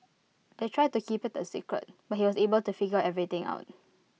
they tried to keep IT A secret but he was able to figure everything out